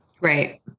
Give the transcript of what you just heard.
right